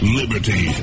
liberty